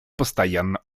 постоянно